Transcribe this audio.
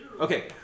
Okay